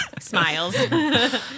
Smiles